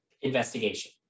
Investigation